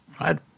right